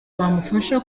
bamufasha